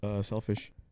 selfish